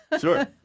Sure